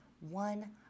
one